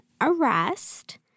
arrest